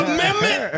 Amendment